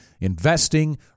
investing